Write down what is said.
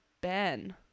ben